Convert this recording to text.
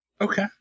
Okay